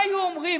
מה היו אומרים?